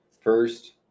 first